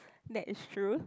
that's true